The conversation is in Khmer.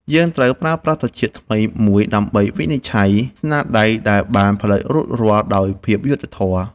យើងត្រូវប្រើប្រាស់ត្រចៀកថ្មីមួយដើម្បីវិនិច្ឆ័យស្នាដៃដែលបានផលិតរួចរាល់ដោយភាពយុត្តិធម៌។